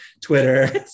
Twitter